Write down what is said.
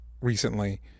recently